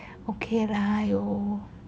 okay lah !aiyo!